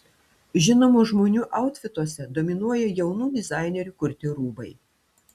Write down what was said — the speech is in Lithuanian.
žinomų žmonių autfituose dominuoja jaunų dizainerių kurti rūbai